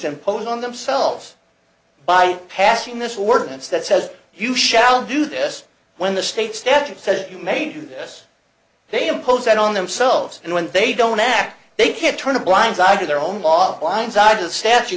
impose on themselves by passing this word and so that says you shall do this when the state statute says you may do this they impose that on themselves and when they don't act they can't turn a blind eye to their own laws blindside the statu